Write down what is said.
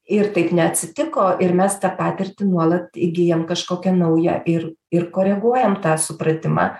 ir taip neatsitiko ir mes tą patirtį nuolat įgyjam kažkokią naują ir ir koreguojam tą supratimą